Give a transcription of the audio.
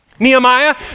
Nehemiah